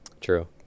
True